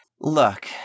look